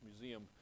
Museum